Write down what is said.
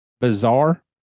bizarre